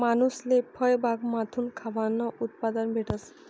मानूसले फयबागमाथून खावानं उत्पादन भेटस